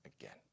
again